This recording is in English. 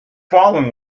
fallen